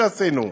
שעשינו.